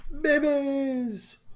Babies